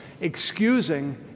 excusing